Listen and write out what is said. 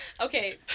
Okay